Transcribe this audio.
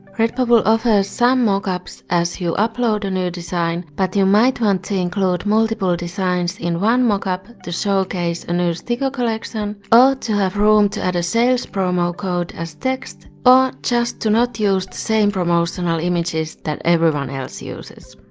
redbubble offers some mockups as you upload a new design. but you might want to include multiple designs in one mockup to showcase a new sticker collection or to have room to add a sales promo code as text or just to not use the same promotional images everyone else uses.